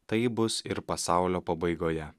taip bus ir pasaulio pabaigoje